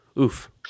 Oof